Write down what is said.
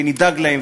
נדאג להם,